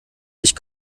ich